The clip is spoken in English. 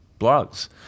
blogs